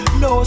no